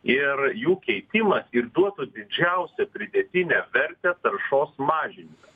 ir jų keitimas ir duotų didžiausią pridėtinę vertę taršos mažinime